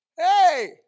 Hey